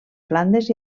flandes